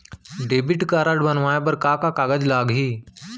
Debit card बनवाये बर का का कागज लागही?